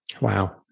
wow